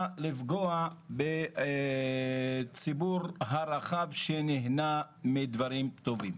לפגוע בציבור הרחב שנהנה מדברים טובים.